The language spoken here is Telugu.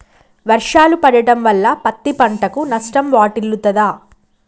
వర్షాలు పడటం వల్ల పత్తి పంటకు నష్టం వాటిల్లుతదా?